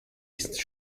ist